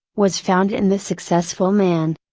was found in the successful man.